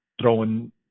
throwing